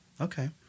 Okay